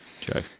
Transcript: joe